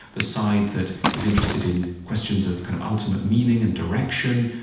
the side that is interested in questions of kind of ultimate meaning and direction,